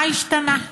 מה השתנה?